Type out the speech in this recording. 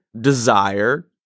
desire